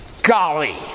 Golly